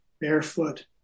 Barefoot